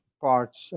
parts